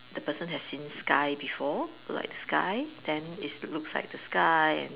the person has seen sky before like sky then it's looks like the sky and